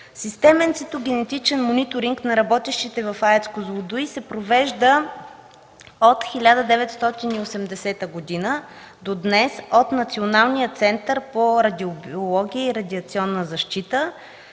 Системен цитогенетичен мониторинг на работещите в АЕЦ „Козлодуй” се провежда от 1980 г. до днес от Националния център по радиобиология и радиационна защита,